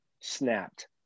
Snapped